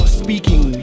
speaking